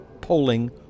polling